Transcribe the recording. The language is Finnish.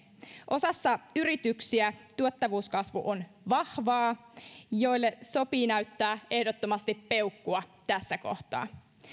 osassa yrityksiä tuottavuuskasvu on vahvaa ja niille sopii näyttää ehdottomasti peukkua tässä kohtaa